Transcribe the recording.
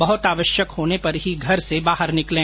बहुत आवश्यक होने पर ही घर से बाहर निकलें